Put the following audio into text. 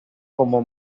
cómo